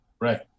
Right